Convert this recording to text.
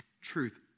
truth